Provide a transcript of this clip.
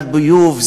לביוב,